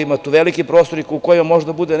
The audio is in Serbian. Ima tu velikih prostora u kojima može da bude